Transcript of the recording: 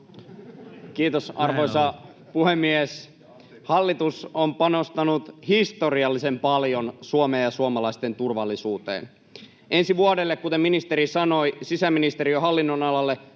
Kiitos, arvoisa puhemies! Hallitus on panostanut historiallisen paljon Suomen ja suomalaisten turvallisuuteen: ensi vuodelle, kuten ministeri sanoi, sisäministeriön hallinnonalalle